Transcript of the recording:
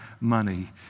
money